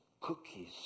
cookies